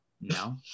no